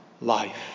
life